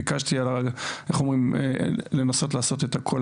ביקשתי לנסות לעשות את הכול